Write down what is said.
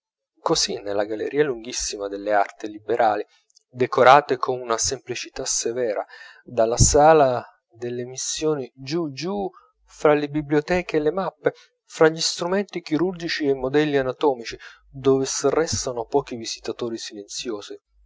così nella galleria lunghissima delle arti liberali decorata con una semplicità severa dalla sala delle missioni giù giù fra le biblioteche e le mappe fra gli strumenti chirurgici e i modelli anatomici dove s'arrestano pochi visitatori silenziosi